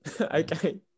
Okay